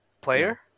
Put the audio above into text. Player